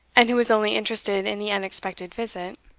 and who was only interested in the unexpected visit,